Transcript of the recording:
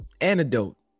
antidote